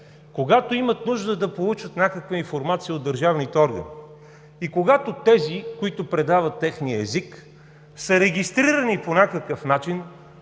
когато имат нужда да получат някаква информация от държавните органи и когато тези, които предават техния език, са регистрирани по някакъв начин